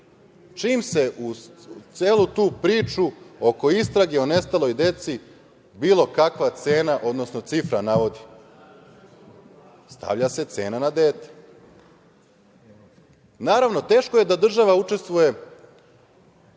Čim se u celu tu priču oko istrage o nestaloj deci bilo kakva cena, odnosno cifra navodi, stavlja se cena na dete. Naravno, teško je da država učestvuje